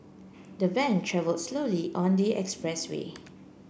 the van travelled slowly on the expressway